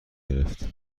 گرفت